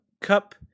Cup